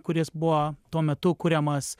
kuris buvo tuo metu kuriamas